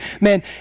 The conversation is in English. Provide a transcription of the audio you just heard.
man